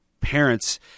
parents